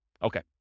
Okay